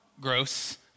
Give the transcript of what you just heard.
gross